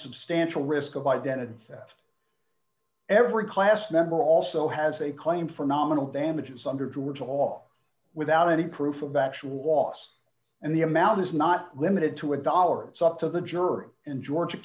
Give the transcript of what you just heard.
substantial risk of identity theft every class member also has a claim for nominal damages under duress all without any proof of actual loss and the amount is not limited to a dollar it's up to the jury and georgia